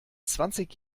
zwanzig